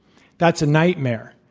that's a nightmare.